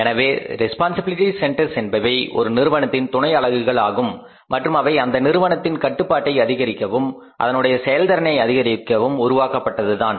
எனவே responsibility centres என்பவை ஒரு நிறுவனத்தின் துணை அலகுகள் ஆகும் மற்றும் அவை அந்த நிறுவனத்தின் கட்டுப்பாட்டை அதிகரிக்கவும் அதனுடைய செயல் திறனை அதிகரிக்கவும் உருவாக்கப்பட்டதுதான்